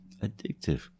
addictive